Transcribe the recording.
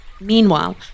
Meanwhile